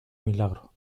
milagro